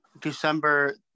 December